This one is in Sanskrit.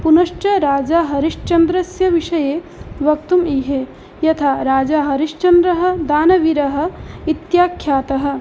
पुनश्च राजा हरिश्चन्द्रस्य विषये वक्तुम् ईहे यथा राजा हरिश्चन्द्रः दानवीरः इत्याख्यातः